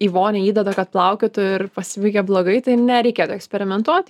į vonią įdeda kad plaukiotų ir pasibaigia blogai tai nereikėtų eksperimentuot